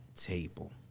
table